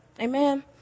Amen